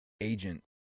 agent